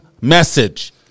message